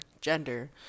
gender